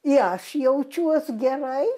i aš jaučiuos gerai